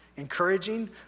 encouraging